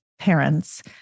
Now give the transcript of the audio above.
parents